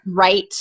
right